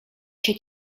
się